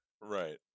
right